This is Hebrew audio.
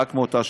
רק מאותה שנה,